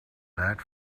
that